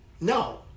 no